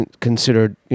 considered